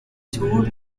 toured